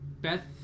Beth